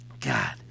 God